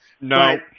No